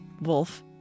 wolf